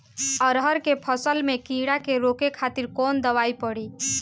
अरहर के फसल में कीड़ा के रोके खातिर कौन दवाई पड़ी?